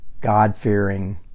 God-fearing